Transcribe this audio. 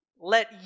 let